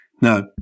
Now